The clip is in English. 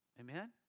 Amen